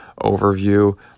overview